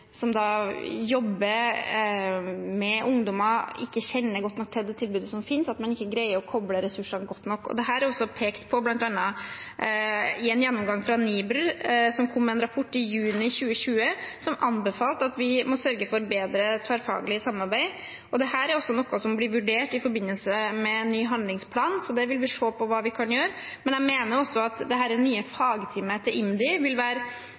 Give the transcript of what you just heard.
som jobber med ungdommer, ikke kjenner godt nok til det tilbudet som finnes, og at man ikke greier å koble ressursene godt nok sammen. Dette er også blitt pekt på bl.a. i en gjennomgang fra NIBR, Norsk institutt for by- og regionforskning, som kom med en rapport i juni 2020, hvor man anbefalte at vi måtte sørge for bedre tverrfaglig samarbeid. Dette er også noe som vil bli vurdert i forbindelse med arbeidet med en ny handlingsplan, så her vil vi se hva vi kan gjøre. Men jeg mener også at det nye fagteamet til IMDi vil være